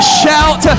shout